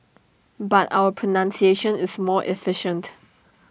but our pronunciation is more efficient